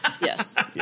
yes